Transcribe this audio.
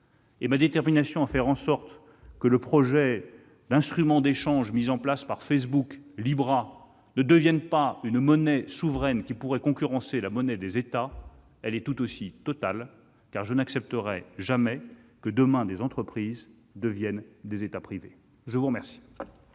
Ma détermination, enfin, à faire en sorte que le projet d'instrument d'échange mis en place par Facebook, dit Libra, ne devienne pas une monnaie souveraine qui pourrait concurrencer la monnaie des États est tout aussi totale, car je n'accepterai jamais que des entreprises deviennent des États privés ! La parole